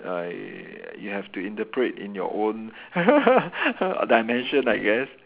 uh you have to interpret in your own dimension I guess